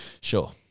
Sure